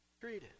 treated